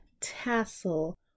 tassel